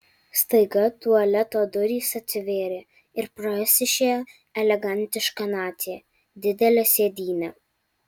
staiga tualeto durys atsivėrė ir pro jas išėjo elegantiška nacė didele sėdyne